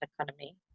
economy